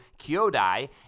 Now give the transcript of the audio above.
kyodai